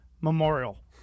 memorial